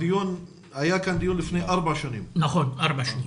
ארבע שנים